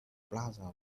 plaza